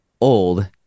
old